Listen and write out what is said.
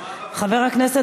חבר הכנסת